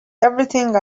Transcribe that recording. everything